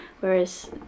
whereas